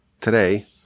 today